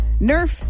Nerf